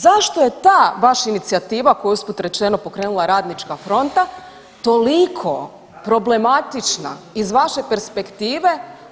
Zašto je ta vaša inicijativa koju usput rečeno pokrenula Radnička fronta toliko problematična iz vaše perspektive?